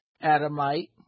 Adamite